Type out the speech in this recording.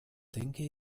denke